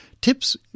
tips